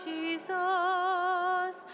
Jesus